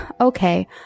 okay